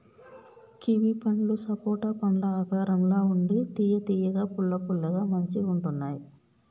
kiwi పండ్లు సపోటా పండ్ల ఆకారం ల ఉండి తియ్య తియ్యగా పుల్ల పుల్లగా మంచిగుంటున్నాయ్